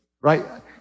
right